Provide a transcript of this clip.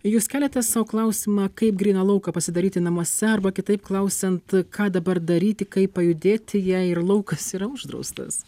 jūs keliate sau klausimą kaip gryną lauką pasidaryti namuose arba kitaip klausiant ką dabar daryti kaip pajudėti jei ir laukas yra uždraustas